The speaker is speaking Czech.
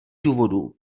důvodů